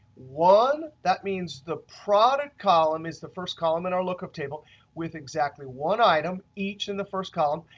one, that means the product column is the first column in our lookup table with exactly one item each in the first column.